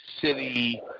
city